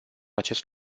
acest